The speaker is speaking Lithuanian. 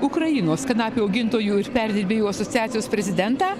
ukrainos kanapių augintojų ir perdirbėjų asociacijos prezidentą